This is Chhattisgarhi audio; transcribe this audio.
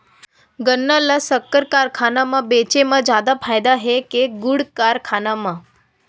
गन्ना ल शक्कर कारखाना म बेचे म जादा फ़ायदा हे के गुण कारखाना म?